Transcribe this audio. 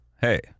hey